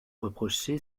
reproché